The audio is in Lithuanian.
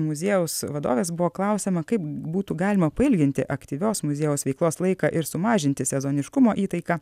muziejaus vadovės buvo klausiama kaip būtų galima pailginti aktyvios muziejaus veiklos laiką ir sumažinti sezoniškumo įtaiką